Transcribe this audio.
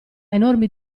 enormi